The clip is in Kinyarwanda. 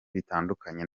bitandukanye